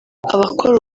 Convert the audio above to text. abakora